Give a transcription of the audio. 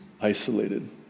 isolated